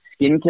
skincare